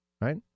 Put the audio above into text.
Right